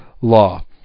law